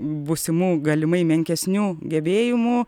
būsimų galimai menkesnių gebėjimų